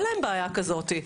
אין להם בעיה כזאת,